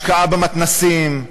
השקעה במתנ"סים,